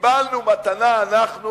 קיבלנו מתנה, אנחנו,